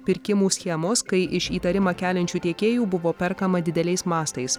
pirkimų schemos kai iš įtarimą keliančių tiekėjų buvo perkama dideliais mastais